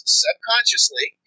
subconsciously